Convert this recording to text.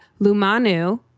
Lumanu